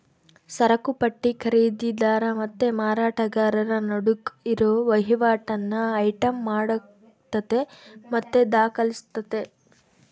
ಸರಕುಪಟ್ಟಿ ಖರೀದಿದಾರ ಮತ್ತೆ ಮಾರಾಟಗಾರರ ನಡುಕ್ ಇರೋ ವಹಿವಾಟನ್ನ ಐಟಂ ಮಾಡತತೆ ಮತ್ತೆ ದಾಖಲಿಸ್ತತೆ